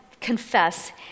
confess